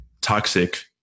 toxic